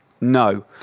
No